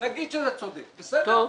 נגיד שזה צודק, בסדר?